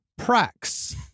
Prax